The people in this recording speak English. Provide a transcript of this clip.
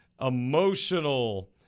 emotional